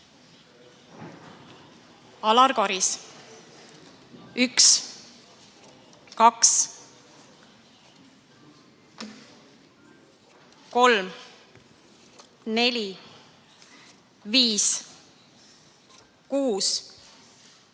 Alar Karis: 1, 2, 3, 4, 5, 6, 7,